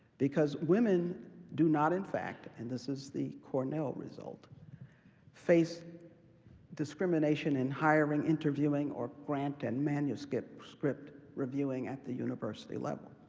because women do not in fact and this is the cornell result face discrimination in hiring, interviewing, or grant and manuscript reviewing at the university level.